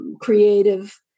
creative